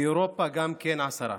באירופה, גם כן עשרה.